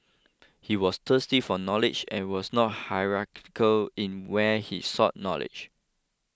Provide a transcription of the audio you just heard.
he was thirsty for knowledge and was not hierarchical in where he sought knowledge